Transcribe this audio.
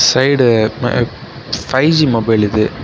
side five G mobile இது